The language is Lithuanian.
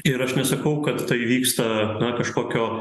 ir aš nesakau kad tai vyksta na kažkokio